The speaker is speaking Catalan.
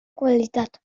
qualitat